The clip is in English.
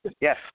Yes